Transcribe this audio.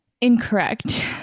Incorrect